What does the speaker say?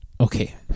Okay